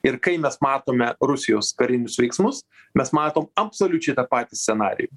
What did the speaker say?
ir kai mes matome rusijos karinius veiksmus mes matom absoliučiai tą patį scenarijų